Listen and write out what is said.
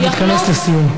להתכנס לסיום,